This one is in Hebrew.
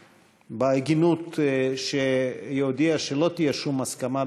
בהגינות הודיעה שלא תהיה שום הסכמה,